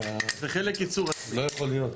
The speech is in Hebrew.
זה לא יכול להיות.